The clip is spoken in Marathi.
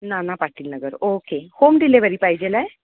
नाना Patil Nagar okay home delivery पाहिजे आहे